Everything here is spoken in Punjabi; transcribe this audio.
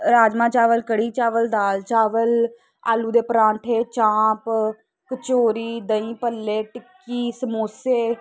ਰਾਜਮਾ ਚਾਵਲ ਕੜੀ ਚਾਵਲ ਦਾਲ ਚਾਵਲ ਆਲੂ ਦੇ ਪਰਾਂਠੇ ਚਾਂਪ ਕਚੋਰੀ ਦਹੀਂ ਭੱਲੇ ਟਿੱਕੀ ਸਮੋਸੇ